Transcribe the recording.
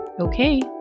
Okay